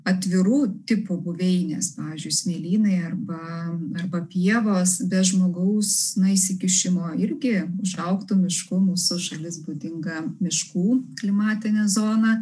atvirų tipo buveinės pavyzdžiui smėlynai arba arba pievos be žmogaus įsikišimo irgi užaugtų mišku mūsų šalis būdinga miškų klimatinė zona